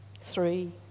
three